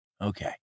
Okay